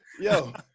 yo